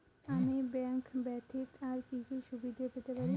আমি ব্যাংক ব্যথিত আর কি কি সুবিধে পেতে পারি?